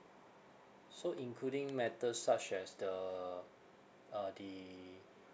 so including matters such as the uh the